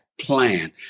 plan